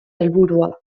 helburua